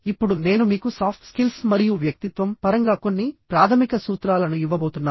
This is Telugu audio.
ఇప్పుడు నేను మీకు సాఫ్ట్ స్కిల్స్ మరియు వ్యక్తిత్వం పరంగా కొన్ని ప్రాథమిక సూత్రాలను ఇవ్వబోతున్నాను